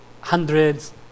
hundreds